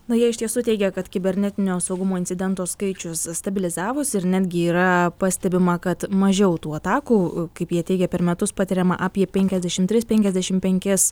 na jie iš tiesų teigia kad kibernetinio saugumo incidentų skaičius stabilizavosi ir netgi yra pastebima kad mažiau tų atakų kaip jie teigia per metus patiriama apie penkiasdešim tris penkiasdešim penkis